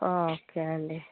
okay అండి